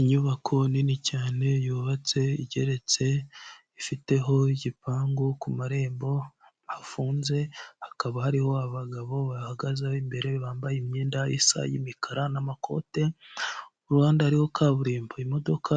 Inyubako nini cyane yubatse igereretse, ifiteho igipangu ku marembo hafunze, hakaba hariho abagabo bahagazeho imbere bambaye imyenda isa y'imikara n'amakote, ku ruhande hariho kaburimbo, imodoka